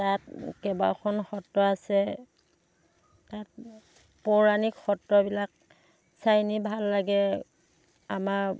তাত কেইবাখন সত্ৰ আছে তাত পৌৰাণিক সত্ৰবিলাক চাই এনেই ভাল লাগে আমাৰ